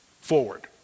forward